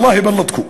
אללה יבלטכם.